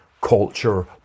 culture